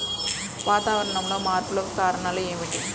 వాతావరణంలో మార్పులకు కారణాలు ఏమిటి?